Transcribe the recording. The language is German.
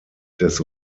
des